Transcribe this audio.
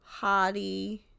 Hottie